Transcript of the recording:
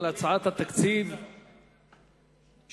על הצעת התקציב שהוגשה.